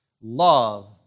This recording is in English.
Love